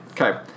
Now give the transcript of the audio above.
Okay